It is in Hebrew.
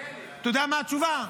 אתה יודע מה התשובה?